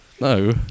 No